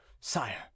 Sire